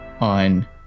on